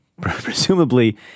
Presumably